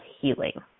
healing